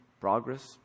progress